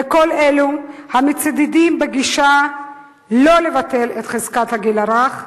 לכל אלו המצדדים בגישה לא לבטל את חזקת הגיל הרך,